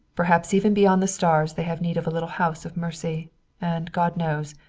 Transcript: perhaps even beyond the stars they have need of a little house of mercy and, god knows,